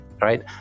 right